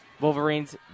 Wolverines